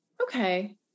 okay